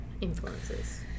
influences